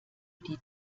die